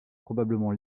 probablement